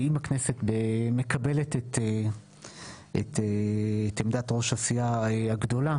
ואם הכנסת מקבלת את עמדת ראש הסיעה הגדולה